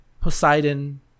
Poseidon